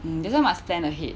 mm this one must plan ahead